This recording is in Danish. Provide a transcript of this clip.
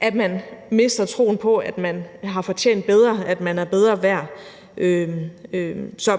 at man mister troen på, at man har fortjent bedre, at man er bedre værd. Så